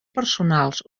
personals